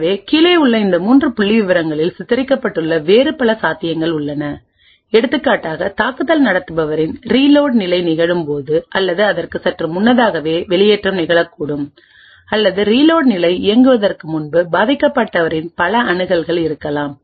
எனவே கீழே உள்ள இந்த 3 புள்ளிவிவரங்களில் சித்தரிக்கப்பட்டுள்ள வேறு பல சாத்தியங்கள் உள்ளன எடுத்துக்காட்டாக தாக்குதல் நடத்துபவரின் ரீலோட் நிலை நிகழும் போது அல்லது அதற்கு சற்று முன்னதாகவே வெளியேற்றம் நிகழக்கூடும் அல்லது ரீலோட் நிலை இயங்குவதற்கு முன்பு பாதிக்கப்பட்டவரின் பல அணுகல்களும் இருக்கலாம்